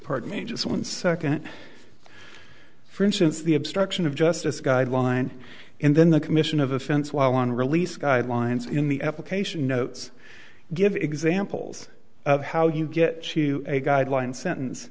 pardon me just one second for instance the obstruction of justice guideline and then the commission of offense while on release guidelines in the application notes give examples of how you get to a guideline sentence